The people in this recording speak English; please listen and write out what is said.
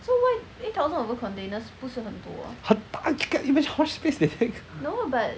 很大一个 you know how much space they take